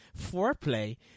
foreplay